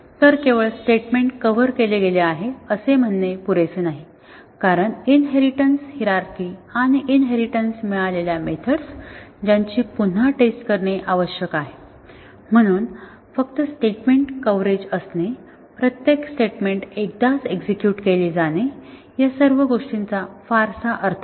तर केवळ statement cover केले गेले आहे असे म्हणणे पुरेसे नाही कारण इनहेरिटेन्स हिरारची आणि इनहेरिटेन्स मिळालेल्या मेथड्स ज्यांची पुन्हा टेस्ट करणे आवश्यक आहे म्हणून फक्त स्टेटमेंट कव्हरेज असणे प्रत्येक स्टेटमेंट एकदाच एक्झेक्युट केले जाणे या सर्व गोष्टींचा फारसा अर्थ नाही